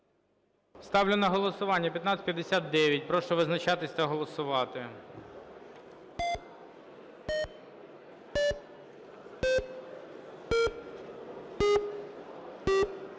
Ставлю на голосування 1556. Прошу визначатись та голосувати.